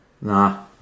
Nah